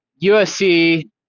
USC